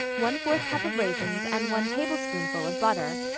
one four cup of raisins and one tablespoonful of butter.